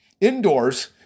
indoors